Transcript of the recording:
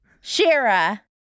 Shira